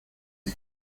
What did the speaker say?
ahí